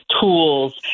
tools